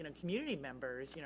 and community members, you know